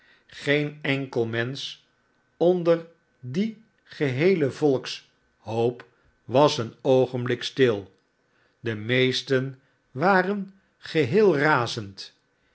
geen enkel mensch onder dien geheelen volks barnaby rtjdge hoop was een oogenblik stil de meesten waren geheel razend